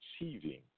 achieving